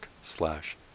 slash